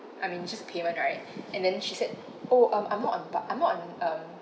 I mean just a payment right and then she said oh I'm I'm not on board I'm not on um